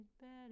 better